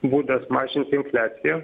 būdas mažinti infliaciją